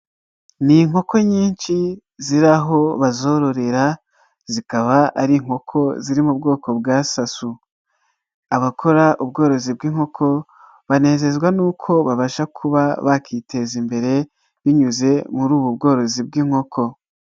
Ni inkoko nyinshi ziri aho bazororera zikaba ari inkoko ziri mu bwoko bwa Sasu. Abakora ubworozi bw'inkoko banezezwa nuko babasha kuba bakiteza imbere binyuze muri ubu bworozi bw'inkoko.